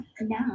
Now